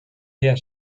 leer